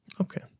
Okay